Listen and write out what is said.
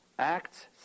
Acts